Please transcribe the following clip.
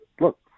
Look